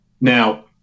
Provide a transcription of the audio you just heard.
Now